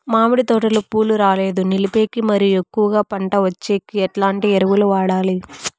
మామిడి తోటలో పూలు రాలేదు నిలిపేకి మరియు ఎక్కువగా పంట వచ్చేకి ఎట్లాంటి ఎరువులు వాడాలి?